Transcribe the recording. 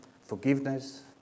forgiveness